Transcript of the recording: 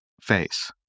face